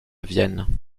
vienne